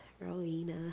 Rowena